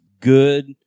good